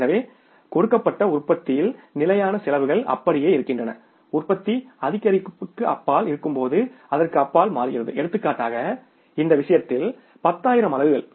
எனவே கொடுக்கப்பட்ட உற்பத்தியில் நிலையான செலவுகள் அப்படியே இருக்கின்றன உற்பத்தி அதிகரிப்புக்கு அப்பால் இருக்கும்போது அதற்கு அப்பால் மாறுகிறது எடுத்துக்காட்டாக இந்த விஷயத்தில் 10 ஆயிரம் அலகுகள்